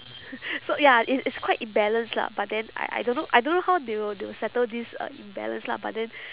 so ya it's it's quite imbalanced lah but then I I don't know I don't know how they will they will settle this uh imbalance lah but then